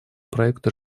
проекту